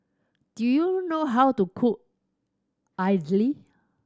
do you know how to cook idly